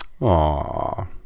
Aww